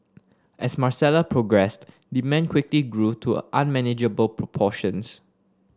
as Marcella progressed demand quickly grew to unmanageable proportions